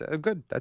Good